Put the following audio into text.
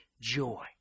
Joy